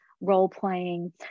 role-playing